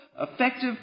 effective